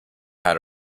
how